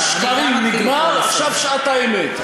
תור ההשמצות, השקרים, נגמר, עכשיו שעת האמת.